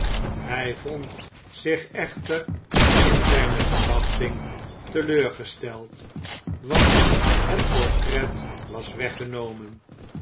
hij vond zich echter in zijne verwachting te leur gesteld want het portret was i weggenomen